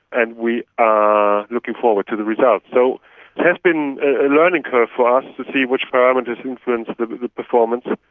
and we are looking forward to the results. so it has been a learning curve for us to see which parameters influence the the performance.